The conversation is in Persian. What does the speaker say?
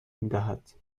میدهند